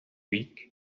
week